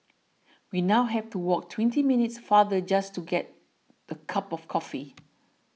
we now have to walk twenty minutes farther just to get a cup of coffee